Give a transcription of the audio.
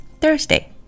Thursday